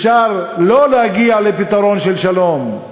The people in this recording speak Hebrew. שאפשר לא להגיע לפתרון של שלום,